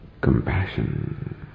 compassion